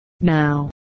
Now